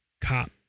cop